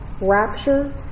rapture